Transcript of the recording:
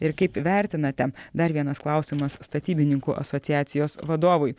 ir kaip vertinate dar vienas klausimas statybininkų asociacijos vadovui